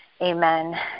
amen